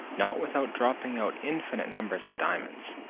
not without dropping out infinite numbers of diamonds.